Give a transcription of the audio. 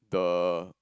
the